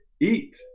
eat